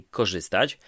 korzystać